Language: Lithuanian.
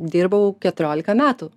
dirbau keturiolika metų